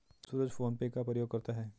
सूरज PhonePe का प्रयोग करता है